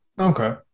Okay